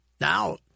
Now